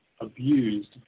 abused